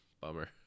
bummer